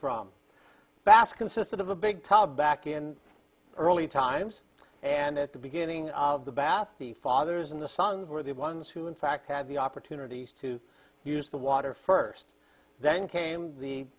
from bass consisted of a big tub back in early times and at the beginning of the bath the fathers in the songs were the ones who in fact had the opportunities to use the water first then came the